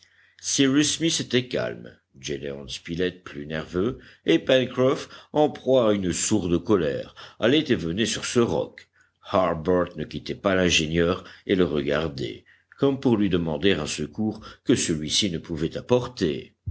smith était calme gédéon spilett plus nerveux et pencroff en proie à une sourde colère allaient et venaient sur ce roc harbert ne quittait pas l'ingénieur et le regardait comme pour lui demander un secours que celui-ci ne pouvait apporter